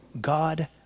God